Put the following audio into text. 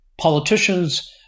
politicians